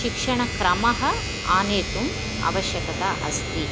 शिक्षणक्रमः आनेतुम् आवश्यकता अस्ति